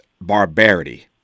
barbarity